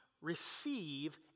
receive